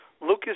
Lucas